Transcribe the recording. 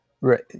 Right